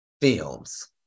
films